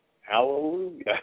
hallelujah